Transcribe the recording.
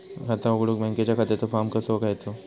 खाता उघडुक बँकेच्या खात्याचो फार्म कसो घ्यायचो?